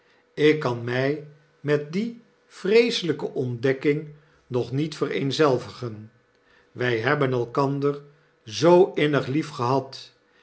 ik kan my met die vreeselyke ontdekking nog niet vereenzelvigen wy hebben elkander zoo innig liefgehad